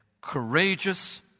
courageous